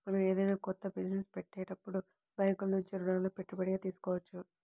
మనం ఏదైనా కొత్త బిజినెస్ పెట్టేటప్పుడు బ్యేంకుల నుంచి రుణాలని పెట్టుబడిగా తీసుకోవచ్చు